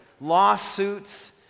lawsuits